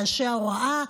לאנשי ההוראה,